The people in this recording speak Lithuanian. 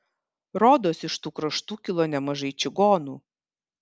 rodos iš tų kraštų kilo nemažai čigonų